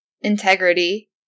integrity